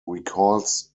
recalls